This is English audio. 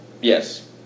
Yes